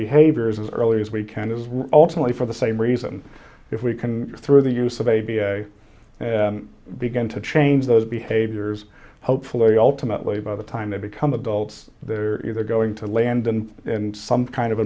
behaviors as early as we can is ultimately for the same reason if we can through the use of a b a begin to change those behaviors hopefully ultimately by the time they become adults they're either going to land in some kind of